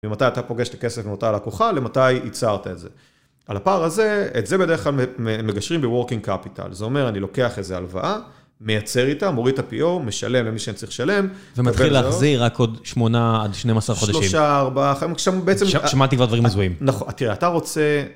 למתי אתה פוגש את הכסף מאותה לקוחה, למתי ייצרת את זה. על הפער הזה, את זה בדרך כלל מגשרים ב-Working Capital. זה אומר, אני לוקח איזה הלוואה, מייצר איתה, מוריד את ה-PO, משלם למי שאני צריך לשלם. ומתחיל להחזיר רק עוד 8 עד 12 חודשים. 3-4, 5, שמעתי כבר דברים הזויים. נכון, תראה, אתה רוצה...